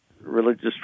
religious